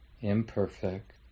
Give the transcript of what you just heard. imperfect